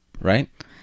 right